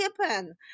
happen